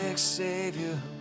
Savior